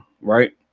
right